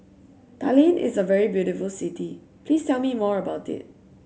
Tallinn is a very beautiful city please tell me more about it